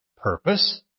purpose